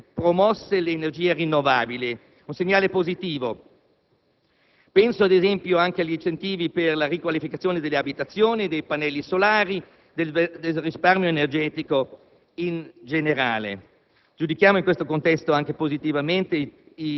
sono state ulteriormente promosse le energie rinnovabili. È un segnale positivo. Penso, ad esempio, agli incentivi per la riqualificazione delle abitazioni, per i pannelli solari e per il risparmio energetico in generale.